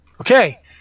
okay